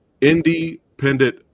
independent